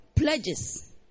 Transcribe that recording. pledges